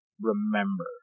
remember